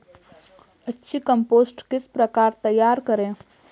अच्छी कम्पोस्ट किस प्रकार तैयार करें?